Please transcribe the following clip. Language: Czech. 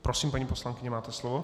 Prosím, paní poslankyně, máte slovo.